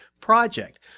project